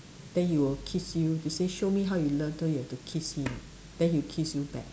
then he will kiss you to say show me how you love so you have to kiss him then he'll kiss you back